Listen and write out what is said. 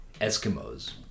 Eskimos